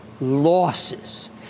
losses